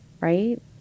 right